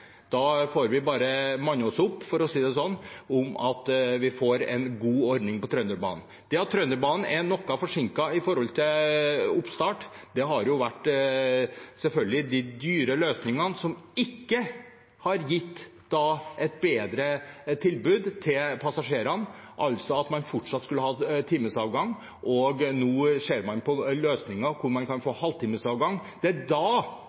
Da får vi bare manne oss opp – for å si det sånn – til å få en god ordning på Trønderbanen. Det at Trønderbanen er noe forsinket med tanke på oppstart: Det har selvfølgelig vært dyre løsninger som ikke har gitt et bedre tilbud til passasjerene, altså fortsatt timesavganger, mens man nå ser på løsninger med halvtimesavganger. Det er da jernbanen kan konkurrere, for det